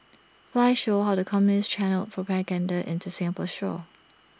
files show how the communists channelled propaganda into Singapore's shores